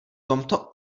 tomto